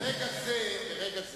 ברגע זה,